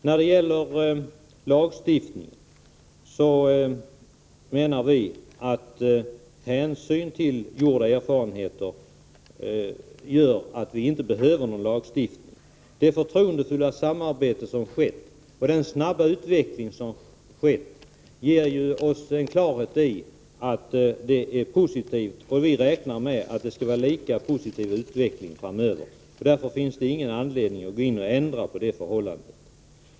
Då det gäller lagstiftningen menar vi att gjorda erfarenheter visar att vi inte behöver någon sådan. Det förtroendefulla samarbete som finns och den snabba utveckling som skett ger oss klart besked om att verksamheten fungerar bra, och vi räknar med att det skall bli en lika positiv utveckling framöver. Därför finns det ingen anledning att gå in och ändra på förhållandena.